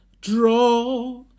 draw